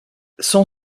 son